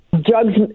Drugs